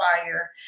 fire